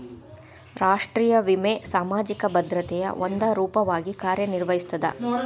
ರಾಷ್ಟ್ರೇಯ ವಿಮೆ ಸಾಮಾಜಿಕ ಭದ್ರತೆಯ ಒಂದ ರೂಪವಾಗಿ ಕಾರ್ಯನಿರ್ವಹಿಸ್ತದ